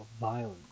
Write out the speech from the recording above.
violence